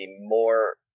more